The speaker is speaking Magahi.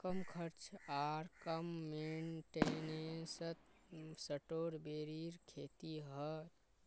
कम खर्च आर कम मेंटेनेंसत स्ट्रॉबेरीर खेती हैं